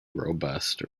robust